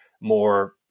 more